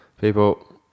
People